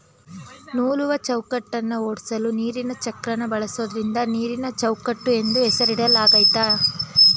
ನೂಲುವಚೌಕಟ್ಟನ್ನ ಓಡ್ಸಲು ನೀರಿನಚಕ್ರನ ಬಳಸೋದ್ರಿಂದ ನೀರಿನಚೌಕಟ್ಟು ಎಂದು ಹೆಸರಿಡಲಾಗಯ್ತೆ